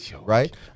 Right